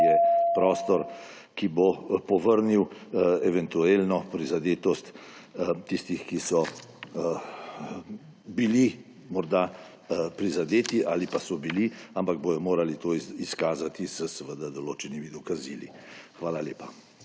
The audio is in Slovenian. je prostor, ki bo povrnil eventualno prizadetost tistih, ki so bili morda prizadeti ali pa so bili, ampak bodo morali to izkazati z določenimi dokazili. Hvala lepa.